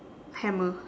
hammer